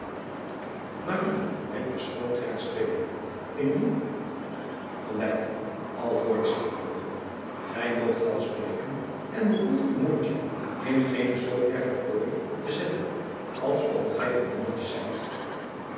et beschroomdheid sprekende ndien l voortschilderende ij moogt wel spreken en behoeft uw mondje in geene zoo essen plooi te zetten als of gij een nonnetje zijt